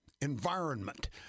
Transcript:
environment